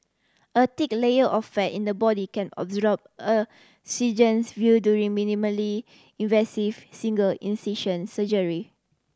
a thick layer of fat in the body can a surgeon's view during minimally invasive single incision surgery